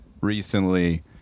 recently